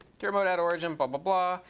git remote at origin, but but blah,